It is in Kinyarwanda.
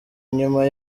inyuma